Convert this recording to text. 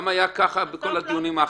ככה היה גם בכל הדיונים האחרים.